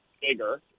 bigger